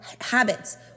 habits